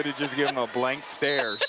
would justgive them a blank stare.